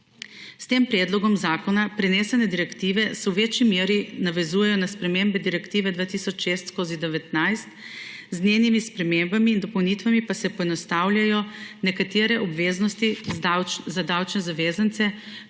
S tem predlogom zakona se prenesene direktive v večji meri navezujejo na spremembe Direktive 2006/19, z njenimi spremembami in dopolnitvami pa se poenostavljajo nekatere obveznosti za davčne zavezance